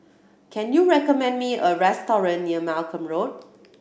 can you recommend me a restaurant near Malcolm Road